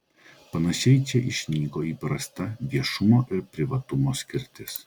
panašiai čia išnyko įprasta viešumo ir privatumo skirtis